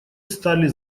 стали